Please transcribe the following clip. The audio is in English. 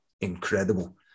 incredible